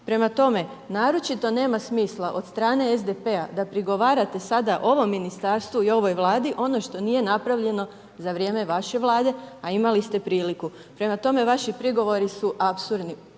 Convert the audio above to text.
Prema tome, naročito nema smisla od strane SDP-a da prigovarate sada ovom ministarstvu i ovoj Vladi ono što nije napravljeno za vrijeme vaše Vlade, a imali ste priliku. Prema tome, vaši prigovori su apsurdni.